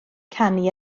canu